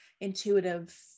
intuitive